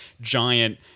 giant